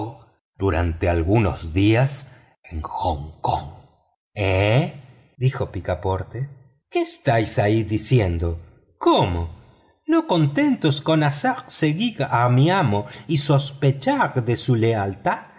ojos se abrían desmesuradamente eh dijo picaporte qué estáis ahí diciendo cómo no contentos con hacer seguir a mi amo y sospechar de su lealtad